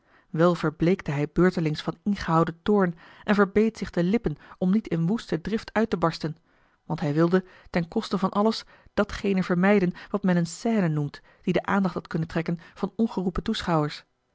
wel verbleekte hij beurtelings van ingehouden toorn en verbeet zich de lippen om niet in woeste drift uit te barsten want hij wilde ten koste van alles datgene vermijden wat men eene scène noemt die de aandacht had kunnen trekken van ongeroepen toeschouwers